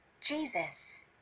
Jesus